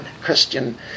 Christian